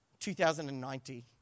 2090